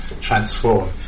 transform